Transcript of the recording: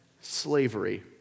slavery